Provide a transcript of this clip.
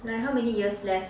like how many years left